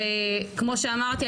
כמו שאמרתי,